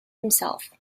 himself